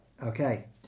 okay